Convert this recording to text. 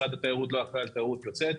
משרד התיירות לא אחראי על תיירות יוצאת,